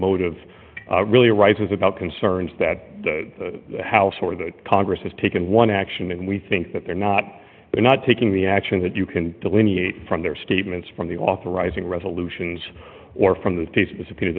motive really arises about concerns that the house or the congress has taken one action and we think that they're not they're not taking the action that you can delineate from their statements from the authorizing resolutions or from the states